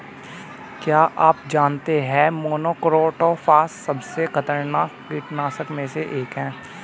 क्या आप जानते है मोनोक्रोटोफॉस सबसे खतरनाक कीटनाशक में से एक है?